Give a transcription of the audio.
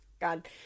God